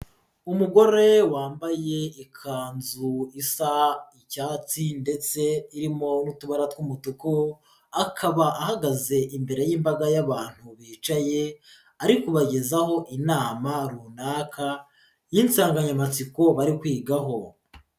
Umugore wambaye ikanzu isa icyatsi ndetse irimo n'utubara tw'umutuku akaba ahagaze imbere y'imbaga y'abantu bicaye ari kubagezaho inama runaka y'insanganyamatsiko bari kwiga ho.